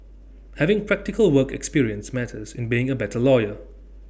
having practical work experience matters in being A better lawyer